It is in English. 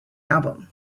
album